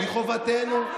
מחובתנו,